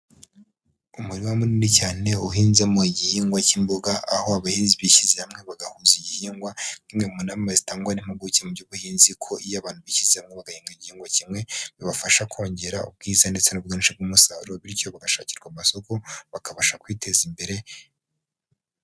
Umurima munini cyane uhinzemo igihingwa cy'imboga, aho abahinzi bishyize hamwe bagahuza igihingwa nk'imwe mu nama zitangwa n'impuguke mu by'ubuhinzi, kuko iyo abantu bishyize hamwe bagahinga igihingwa kimwe bibafasha kongera ubwiza ndetse n'ubwinshi bw'umusaruro bityo bagashakirwa amasoko bakabasha kwiteza imbere.